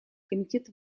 комитет